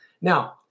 Now